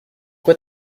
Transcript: quoi